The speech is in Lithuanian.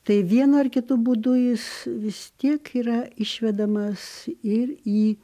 tai vienu ar kitu būdu jis vis tiek yra išvedamas ir į